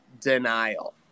denial